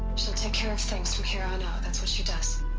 she'll take care of things from here on out, that's what she does